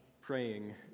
praying